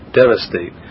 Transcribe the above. devastate